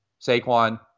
Saquon